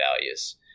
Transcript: values